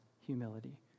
humility